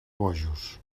bojos